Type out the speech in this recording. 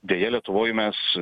deja lietuvoj mes